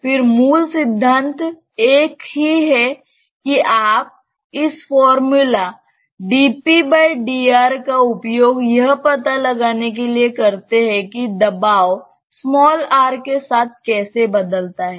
फिर मूल सिद्धांत एक ही है कि आप इस फार्मूला का उपयोग यह पता लगाने के लिए करते हैं कि दबाव r के साथ कैसे बदलता है